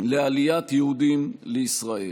לעליית יהודים לישראל.